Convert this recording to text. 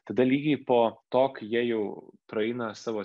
tada lygiai po to kai jie jau praeina savo